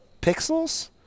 pixels